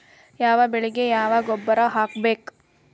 ಯಾವ ಬೆಳಿಗೆ ಯಾವ ಗೊಬ್ಬರ ಹಾಕ್ಬೇಕ್?